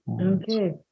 Okay